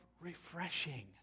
refreshing